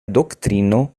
doktrino